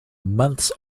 months